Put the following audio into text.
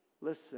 Listen